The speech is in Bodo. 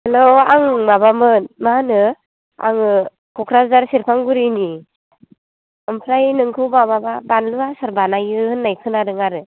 हेल' आं माबामोन मा होनो आङो क'क्राझार सेरपांगुरिनि ओमफ्राय नोंखौ माबा बानलु आसार बानायो होननाय खोनादों आरो